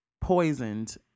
poisoned